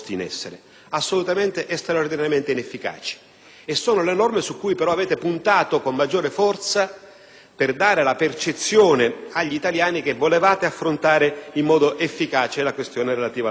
sono quelle su cui avete puntato con maggiore forza per dare la percezione agli italiani che volevate affrontare in modo efficace la questione relativa alla sicurezza. Cito un esempio per tutti: